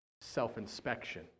self-inspection